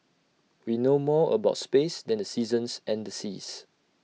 we know more about space than the seasons and the seas